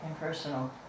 impersonal